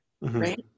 right